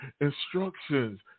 instructions